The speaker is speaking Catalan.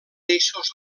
eixos